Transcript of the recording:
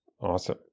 awesome